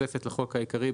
בתוספת לחוק העיקרי,